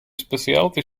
specialty